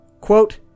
Quote